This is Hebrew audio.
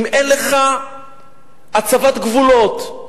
אם אין לך הצבת גבולות,